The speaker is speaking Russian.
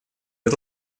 эта